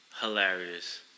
Hilarious